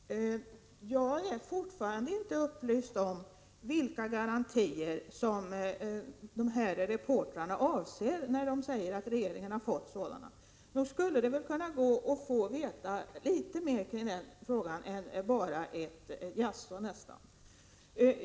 Herr talman! Jag är fortfarande inte upplyst om vilka garantier som reportrarna avser när de säger att regeringen fått sådana. Nog borde man väl kunna få veta litet mer om detta och inte bara få ett svar som nästan är ett jaså.